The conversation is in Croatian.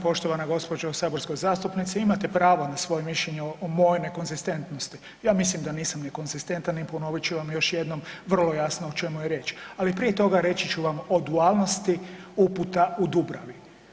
Poštovana gospođo saborska zastupnice imate pravo na svoje mišljenje o mojoj nekonzistentnosti, ja mislim da nisam nekonzistentan i ponovit ću vam još jednom vrlo jasno o čemu je riječ, ali prije toga reći ću vam o dualnosti uputa u Dubravi.